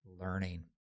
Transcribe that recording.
learning